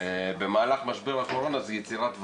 במהלך משבר הקורונה זה יצירת ודאות.